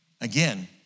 Again